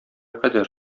кадәр